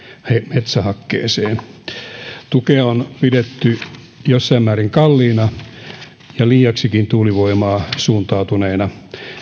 metsähakkeeseen tukea on pidetty jossain määrin kalliina ja liiaksikin tuulivoimaan suuntautuneena